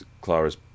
Clara's